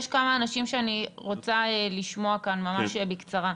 עוד כמה אנשים שאני רוצה לשמוע כאן ממש בקצרה.